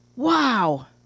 Wow